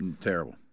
Terrible